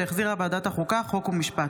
שהחזירה ועדת החוקה חוק ומשפט.